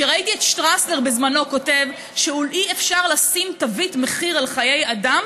כשראיתי את שטרסלר בזמנו כותב שאי-אפשר לשים תו מחיר על חיי אדם